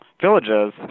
villages